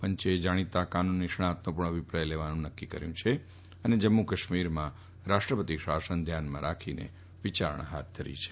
પંચે જાણીતા કાનૂન નિષ્ણાંતનો અભિપ્રાય લેવાનું પણ નકકી કર્યુ છે અને જમ્મુ કાશ્મીરમાં રાષ્ટ્રપતિ શાસન ધ્યાનમાં રાખીને વિચારણા હાથ ધરી છે